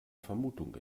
vermutung